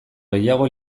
gehiago